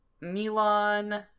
Milan